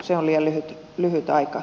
se on liian lyhyt aika